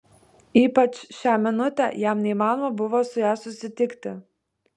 ypač šią minutę jam neįmanoma buvo su ja susitikti